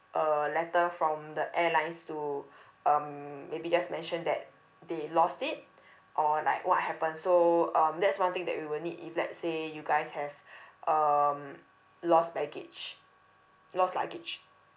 a letter from the airlines to um maybe just mention that they lost it or like what happen so um that's one thing that we will need if let's say you guys have um lost baggage lost luggage